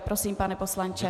Prosím, pane poslanče.